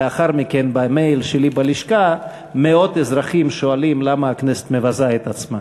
לאחר מכן במייל שלי בלשכה מאות אזרחים שואלים למה הכנסת מבזה את עצמה.